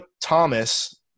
Thomas